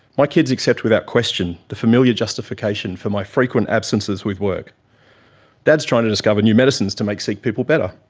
my kids accept without question the familiar justification for my frequent absences with work dad's trying to discover new medicines to make sick people better.